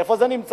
איפה זה נמצא?